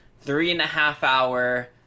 three-and-a-half-hour